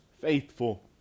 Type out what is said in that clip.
faithful